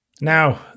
Now